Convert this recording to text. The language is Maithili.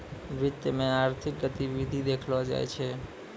वित्त मे आर्थिक गतिविधि देखलो जाय छै